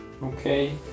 Okay